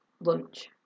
lunch